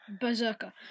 berserker